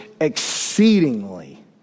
exceedingly